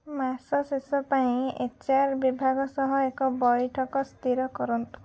ମାସ ଶେଷ ପାଇଁ ଏଚ୍ ଆର୍ ବିଭାଗ ସହ ଏକ ବୈଠକ ସ୍ଥିର କରନ୍ତୁ